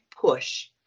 push